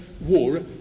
war